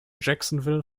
jacksonville